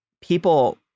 people